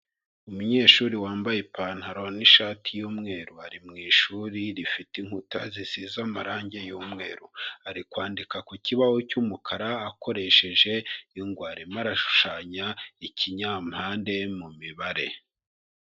Umunyeshuri wambaye ipantaro n'ishati y'umweru ari mu ishuri rifite inkuta zisize amarangi y'umweru, ari kwandika ku kibaho cy'umukara akoresheje ingwa. Arimo arashushanya ikinyampande mu mibare.